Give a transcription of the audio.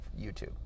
YouTube